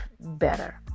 better